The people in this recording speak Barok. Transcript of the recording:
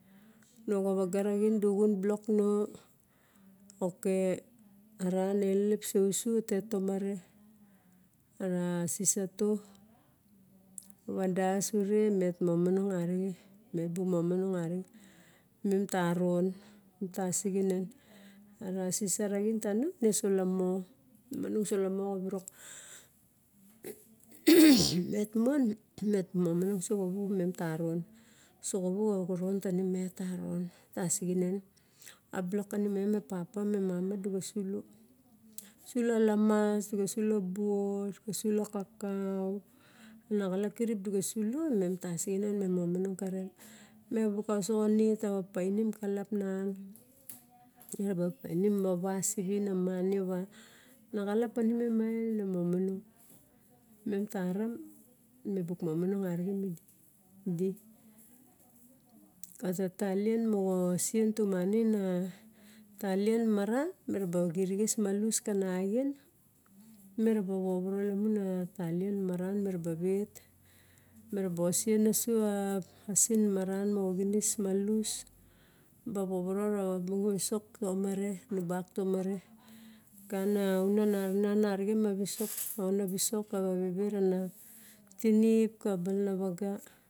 Nau xa vaga raxin du xun block nao. Ok ara ne lelep so usu a tet tomare. A sisa to na vadas ure meo momonong arive me bu momonong arive e bu momonong arixe mem taron mem taxiinen a ra sisa raxin tano ne so lamo na monong so lamo xa virok met mon mep momonong so xavu mem taron so xavu xa xoran ta ni met taron tasixinen a block ka nie e papa me mama du ga sulo. Sulo a lamas du ga sulo buo sulo kakao naxalap kirip duga sulo mem tasixinen mem momonong karen. Me bu kaosoxo nit tava painim kalap nan me ba painim ava sivin a mani va na xalap panimem mae na momonong. Mem taram me buk momonong arixen mi di a talien moxa osien tumanin a talien maran mera ba xirixis malus kana xien me raba vovoro lamun a talien maran meraba vet me raba osien osu a pasin maran moxa xiris malus ba vovoro rava ba visok tomare anu bak tomare gana unan arixen ina visok aona visok tava vevet ana tinip ka balanavaga